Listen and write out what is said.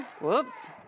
whoops